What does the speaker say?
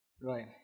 Right